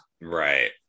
right